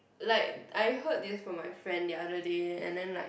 like I heard this from my friend the other day and then like